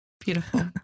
Beautiful